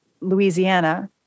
Louisiana